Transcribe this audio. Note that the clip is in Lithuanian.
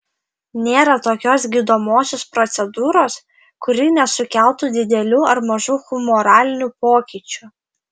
nėra tokios gydomosios procedūros kuri nesukeltų didelių ar mažų humoralinių pokyčių